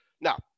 Now